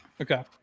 Okay